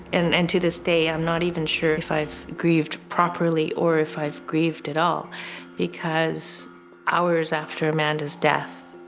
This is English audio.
and and to this day, i'm not even sure if i've grieved properly or if i've grieved at all because hours after amanda's death,